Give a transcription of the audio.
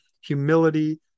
humility